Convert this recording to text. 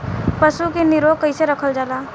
पशु के निरोग कईसे रखल जाला?